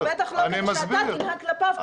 ובטח לא שאתה תנהג כלפיו כבוד.